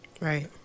Right